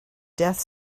death